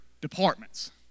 departments